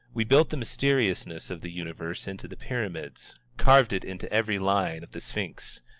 we built the mysteriousness of the universe into the pyramids, carved it into every line of the sphinx.